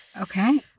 Okay